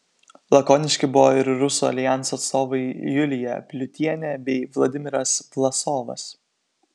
lakoniški buvo ir rusų aljanso atstovai julija pliutienė bei vladimiras vlasovas